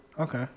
Okay